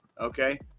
Okay